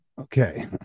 Okay